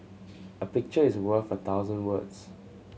a picture is worth a thousand words